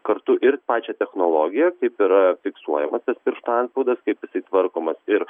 kartu ir pačią technologiją kaip yra fiksuojamas tas piršto antspaudas kaip jisai tvarkomas ir